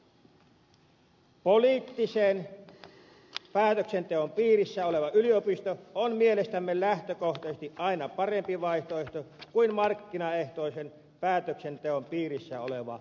poliittisen päätöksenteon piirissä oleva yliopisto on mielestämme lähtökohtaisesti aina parempi vaihtoehto kuin markkinaehtoisen päätöksenteon piirissä oleva yliopisto